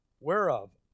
Whereof